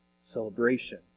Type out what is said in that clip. celebration